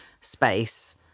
space